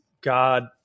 God